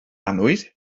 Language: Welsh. annwyd